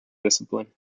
discipline